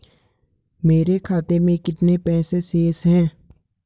मेरे खाते में कितने पैसे शेष हैं?